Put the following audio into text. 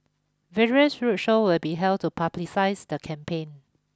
various roadshows will be held to publicise the campaign